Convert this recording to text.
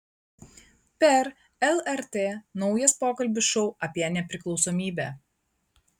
per lrt naujas pokalbių šou apie nepriklausomybę